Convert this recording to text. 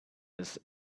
this